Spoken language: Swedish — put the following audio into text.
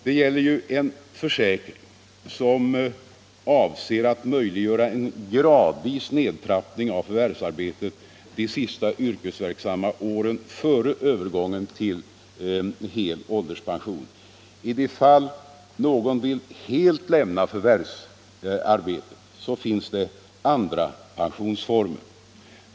Det gäller en försäkring som avser att möjliggöra en gradvis nedtrappning av förvärvsarbetet de sista yrkesverksamma åren före övergången till hel ålderspension. I de fall någon vill helt lämna förvärvsarbetet, finns det andra pensionsformer.